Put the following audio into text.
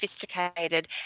sophisticated